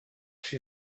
she